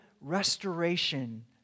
restoration